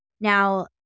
Now